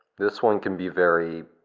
this one can be very.